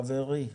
חברי,